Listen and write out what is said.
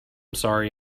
sorry